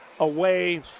Away